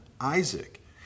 Isaac